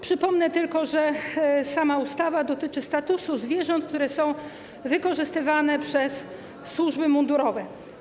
Przypomnę tylko, że sama ustawa dotyczy statusu zwierząt, które są wykorzystywane przez służby mundurowe.